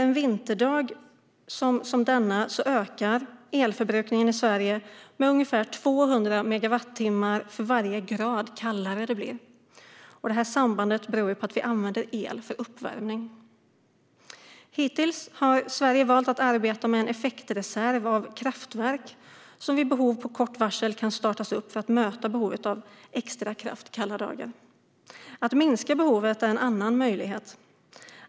En vinterdag som denna ökar elförbrukningen i Sverige med ungefär 200 megawattimmar för varje grad som det blir kallare. Det här sambandet beror på att vi använder el för uppvärmning. Hittills har Sverige valt att arbeta med en effektreserv av kraftverk som kan startas upp med kort varsel för att möta behovet av extra kraft kalla dagar. Att minska behovet är en annan möjlighet.